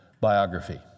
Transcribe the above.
biography